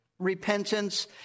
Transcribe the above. repentance